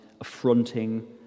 affronting